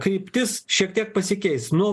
kryptis šiek tiek pasikeis nuo